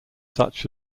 such